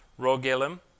Rogelim